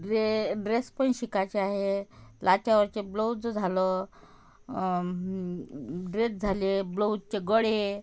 dress dress पण शिकायचे आहे त्याच्यावरचे ब्लाउजं झालं ड्रेस झाले ब्लाउजचे गळे